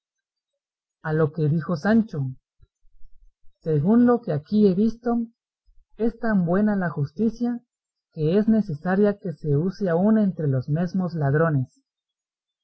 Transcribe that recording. a lo que dijo sancho según lo que aquí he visto es tan buena la justicia que es necesaria que se use aun entre los mesmos ladrones